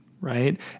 right